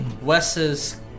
Wes's